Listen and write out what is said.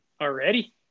already